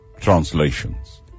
translations